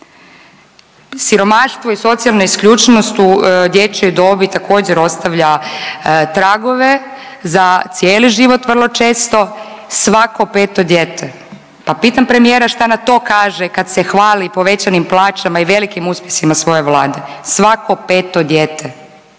Siromaštvo i socijalna isključenost u dječjoj dobi također ostavlja tragove za cijeli život vrlo često, svako 5 dijete. Pa pitam premijera šta na to kaže kad se hvali povećanim plaćama i velikim uspjesima svoje Vlade. Svako 5 dijete